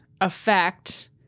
affect